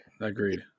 Agreed